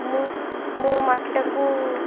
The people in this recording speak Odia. ମୁଁ ମୁଁ ମାଟିଟାକୁ